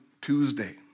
Tuesday